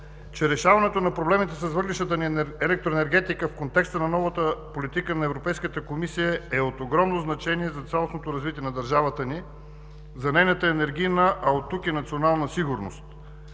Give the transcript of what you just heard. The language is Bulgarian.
че решаването на проблемите с въглищната ни електроенергетика в контекста на новата политика на Европейската комисия е от огромно значение за цялостното развитие на държавата ни, за нейната енергийна, а оттук и национална сигурност.